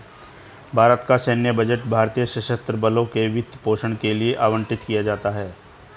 भारत का सैन्य बजट भारतीय सशस्त्र बलों के वित्त पोषण के लिए आवंटित किया जाता है